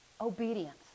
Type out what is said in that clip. obedience